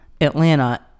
Atlanta